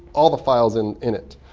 all the files in in it,